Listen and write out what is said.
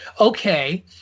Okay